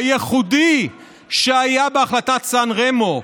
הייחודי, שהיה בהחלטת סן רמו,